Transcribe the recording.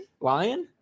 Lion